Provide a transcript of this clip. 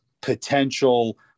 potential